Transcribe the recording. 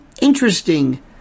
interesting